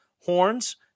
horns